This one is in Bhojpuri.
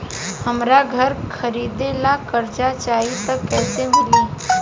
हमरा घर खरीदे ला कर्जा चाही त कैसे मिली?